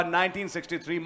1963